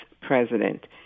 president